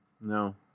no